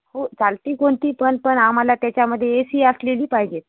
हो चालते कोणती पण पण आम्हाला त्याच्यामध्ये ए सी असलेली पाहिजे आहेत